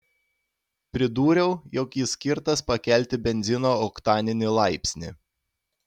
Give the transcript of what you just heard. pridūriau jog jis skirtas pakelti benzino oktaninį laipsnį